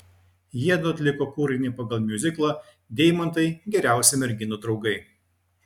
jiedu atliko kūrinį pagal miuziklą deimantai geriausi merginų draugai